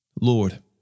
Lord